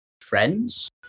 Friends